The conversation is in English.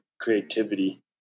creativity